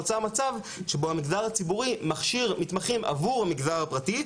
נוצר מצב שבו המגזר הציבורי מכשיר מתמחים עבור המגזר הפרטי,